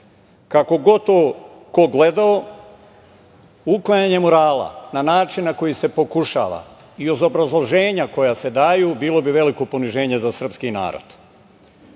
god to ko gledao, uklanjanje murala na način na koji se pokušava i uz obrazloženja koja se daju, bilo bi veliko poniženje za srpski narod. Glavni